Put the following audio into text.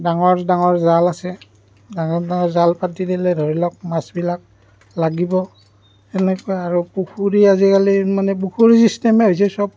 ডাঙৰ ডাঙৰ জাল আছে ডাঙৰ ডাঙৰ জাল পাতি দিলে ধৰি লওক মাছবিলাক লাগিব সেনেকুৱা আৰু পুখুৰী আজিকালি মানে পুখুৰী ছিষ্টেমে হৈছে চব